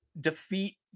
defeat